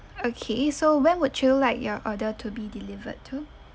okay so when would you like your order to be delivered to